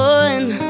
one